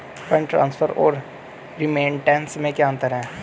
Fund transfer और remittance में क्या अंतर है?